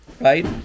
Right